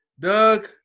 Doug